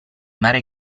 mare